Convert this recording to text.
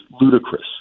ludicrous